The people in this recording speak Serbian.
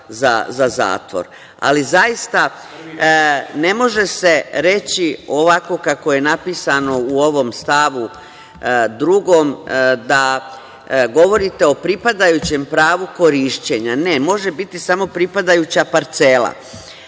ali zaista se ne može reći, ovako kako je napisano u ovom stavu 2, da govorite o pripadajućem pravu korišćenja. Ne, može biti samo pripadajuća parcela.